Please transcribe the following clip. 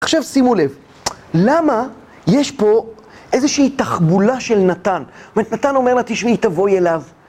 עכשיו שימו לב, למה יש פה איזושהי תחבולה של נתן? זאת אומרת, נתן אומר לה, תשמעי, תבואי אליו...